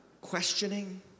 questioning